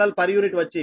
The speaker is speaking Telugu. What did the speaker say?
u వచ్చి 384